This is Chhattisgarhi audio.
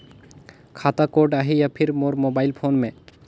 खाता कोड आही या फिर मोर मोबाइल फोन मे?